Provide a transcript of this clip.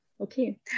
okay